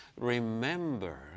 Remember